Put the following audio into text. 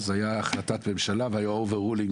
הייתה החלטת ממשלה והיה overruling,